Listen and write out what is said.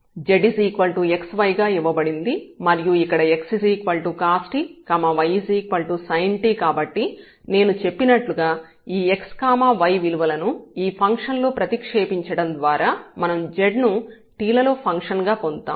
z xy గా ఇవ్వబడింది మరియు ఇక్కడ x cost y sint కాబట్టి నేను చెప్పినట్లుగా ఈ x y విలువలను ఈ ఫంక్షన్ లో ప్రతిక్షేపించడం ద్వారా మనం z ను t లలో ఫంక్షన్ గా పొందుతాము